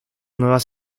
nuevas